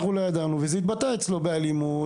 אנחנו לא ידענו וזה התבטא אצלו באלימות,